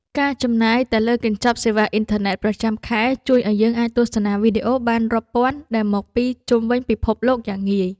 ការចំណាយតែលើកញ្ចប់សេវាអ៊ីនធឺណិតប្រចាំខែជួយឱ្យយើងអាចទស្សនាវីដេអូបានរាប់ពាន់ដែលមកពីជុំវិញពិភពលោកយ៉ាងងាយ។